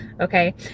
okay